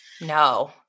No